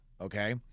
okay